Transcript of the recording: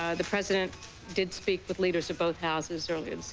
ah the president did speak with leaders of both houses earlier this